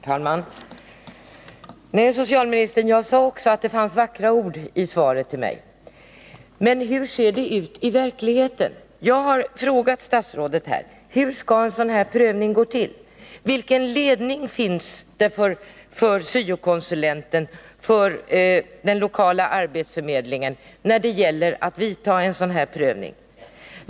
Herr talman! Nej, fru socialminister, jag sade också att det fanns vackra ord i svaret till mig. Men hur ser det ut i verkligheten? Jag har frågat statsrådet: Hur skall en sådan här prövning gå till? Vilken ledning finns det för syo-konsulenten och för den lokala arbetsförmedlingen när det gäller att göra en sådan här prövning?